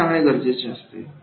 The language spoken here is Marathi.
हे सांगणे गरजेचे असते